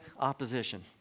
opposition